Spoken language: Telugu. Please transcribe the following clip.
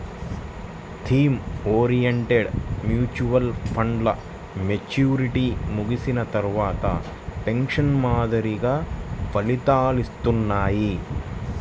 థీమ్ ఓరియెంటెడ్ మ్యూచువల్ ఫండ్లు మెచ్యూరిటీ ముగిసిన తర్వాత పెన్షన్ మాదిరిగా ఫలితాలనిత్తాయి